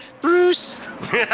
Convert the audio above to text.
Bruce